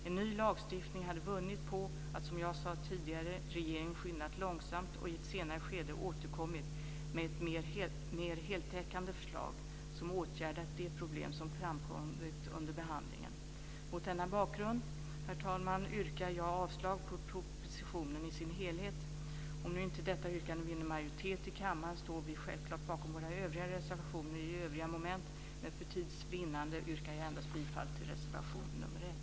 En ny lagstiftning hade vunnit på, som jag sade tidigare, att regeringen skyndat långsamt och i ett senare skede återkommit med ett mer heltäckande förslag som åtgärdat de problem som framkommit under behandlingen. Mot denna bakgrund, herr talman, yrkar jag avslag på propositionen i dess helhet. Om nu inte detta yrkande vinner majoritet i kammaren står vi självklart bakom våra reservationer i övriga moment, men för tids vinnande yrkar jag bifall endast till reservation nr 1.